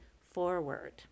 forward